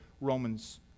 Romans